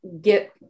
get